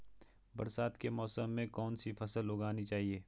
बरसात के मौसम में कौन सी फसल उगानी चाहिए?